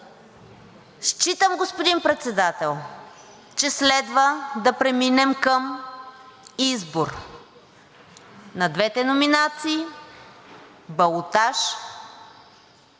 Считам, господин Председател, че следва да преминем към избор на двете номинации – балотаж няма да